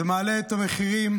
זה מעלה את המחירים